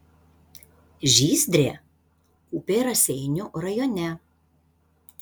žyzdrė upė raseinių rajone